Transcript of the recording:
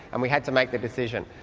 and we had to make the decision.